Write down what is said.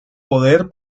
poder